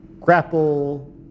grapple